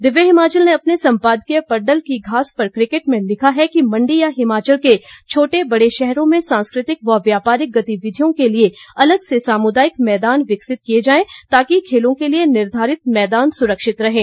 दिव्य हिमाचल ने अपने संपादकीय पडडल की घास पर किकेट में लिखा है कि मंडी या हिमाचल के छोटे बड़े शहरों में सांस्कृतिक व व्यापारिक गतिविधियों के लिए अलग से सामुदायिक मैदान विकसित किए जाएं ताकि खेलों के लिए निर्धारित मैदान सुरक्षित रहें